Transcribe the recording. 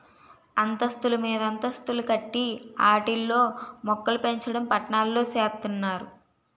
అంతస్తులు మీదంతస్తులు కట్టి ఆటిల్లో మోక్కలుపెంచడం పట్నాల్లో సేత్తన్నారు